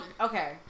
okay